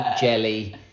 jelly